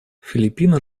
филиппины